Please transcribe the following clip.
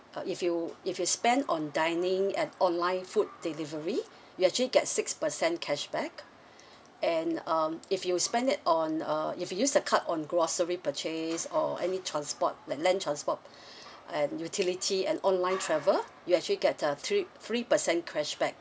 uh if you if you spend on dining and online food delivery you actually get six percent cashback and um if you spend it on uh if you use the card on grocery purchase or any transport like land transport and utility and online travel you actually get uh three three percent cashback